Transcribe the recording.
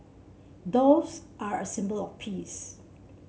doves are a symbol of peace